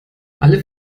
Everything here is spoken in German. alle